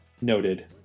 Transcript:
Noted